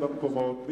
במקומות.